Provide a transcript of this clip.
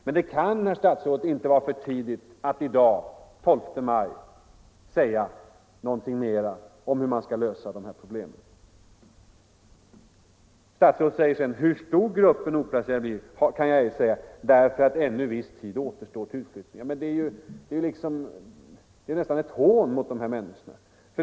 Det kan emellertid, herr statsråd, inte vara för tidigt att i dag, den 12 maj, säga någonting mera om hur dessa problem skall lösas. Hur stor gruppen omplacerade blir säger sig statsrådet inte kunna ange eftersom ännu viss tid återstår till flyttningen. Det är nästan ett hån mot de här människorna!